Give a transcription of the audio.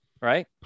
right